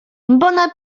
bona